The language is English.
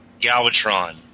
Galvatron